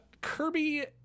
Kirby